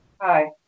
Hi